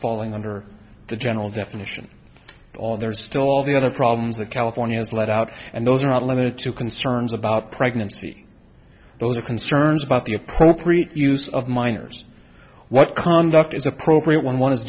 falling under the general definition or there's still all the other problems that california has laid out and those are not limited to concerns about pregnancy those are concerns about the appropriate use of minors what conduct is appropriate when one is